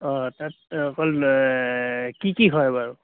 অঁ তাত অকল কি কি হয় বাৰু